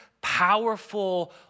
powerful